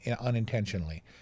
unintentionally